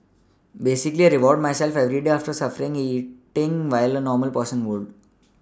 basically I reward myself every day after suffering eating what a normal person would